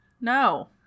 No